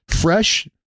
fresh